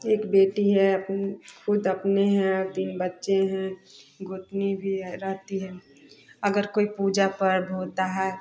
एक बेटी है अपनी खुद अपनी है तीन बच्चे हैं गोदनी भी रहती है अगर कोई पूजा पर्व होता है